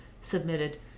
submitted